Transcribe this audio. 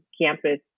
campus